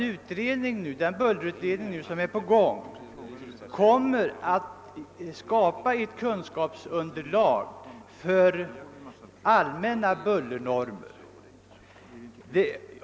Den «<bullerutredning som «pågår kommer att ge kunskapsunderlag för allmänna bullernormer.